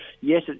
yes